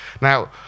now